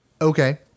okay